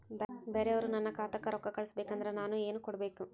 ಬ್ಯಾರೆ ಅವರು ನನ್ನ ಖಾತಾಕ್ಕ ರೊಕ್ಕಾ ಕಳಿಸಬೇಕು ಅಂದ್ರ ನನ್ನ ಏನೇನು ಕೊಡಬೇಕು?